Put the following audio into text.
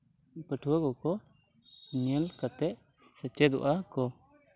ᱯᱟᱹᱴᱷᱣᱟᱹ ᱠᱚᱠᱚ ᱧᱮᱞ ᱠᱟᱛᱮ ᱥᱮᱪᱮᱫᱚᱜᱼᱟ ᱠᱚ